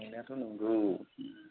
नंनायाथ' नंगौ